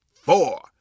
four